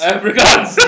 Africans